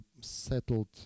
settled